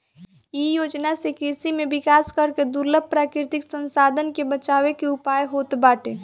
इ योजना से कृषि में विकास करके दुर्लभ प्राकृतिक संसाधन के बचावे के उयाय होत बाटे